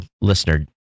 listener